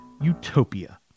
utopia